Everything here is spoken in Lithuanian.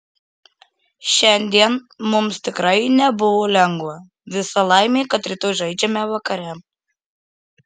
šiandien mums tikrai nebuvo lengva visa laimė kad rytoj žaidžiame vakare